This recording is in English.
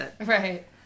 Right